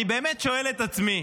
אני באמת שואל את עצמי,